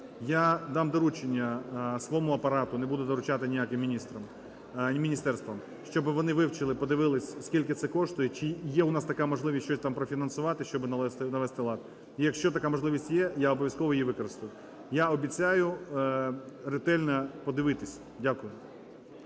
Я дам доручення своєму апарату, не буду доручати ніяким міністрам і міністерствам, щоби вони вивчили і подивились, скільки це коштує, чи є у нас така можливість щось там профінансувати, щоби навести лад. І якщо така можливість є, я обов'язково її використаю. Я обіцяю ретельно подивитись. Дякую.